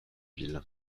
ville